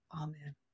amen